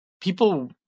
people